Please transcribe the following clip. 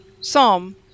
psalm